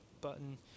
button